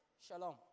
shalom